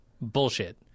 Bullshit